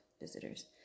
visitors